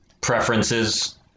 preferences